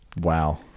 Wow